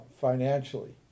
financially